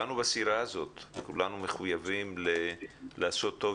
נתאחד בכדי באמת למצוא פתרון כדי לעשות את